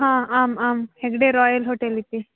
हा आम् आम् हेग्डे रोयल् होटेल् इति